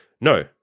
No